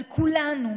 על כולנו,